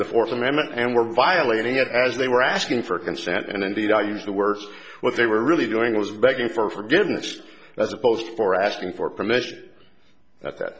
the fourth amendment and were violating it as they were asking for consent and indeed i used the worst what they were really doing was begging for forgiveness as opposed to for asking for permission at that